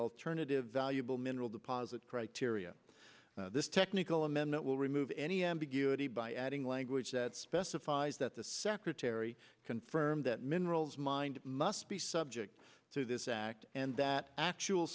alternative valuable mineral deposits criteria this technical amendment will remove any ambiguity by adding language that specifies that the secretary confirmed that minerals mind must be subject to this act and that actual